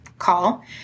Call